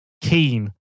keen